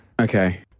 okay